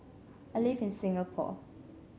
I live in Singapore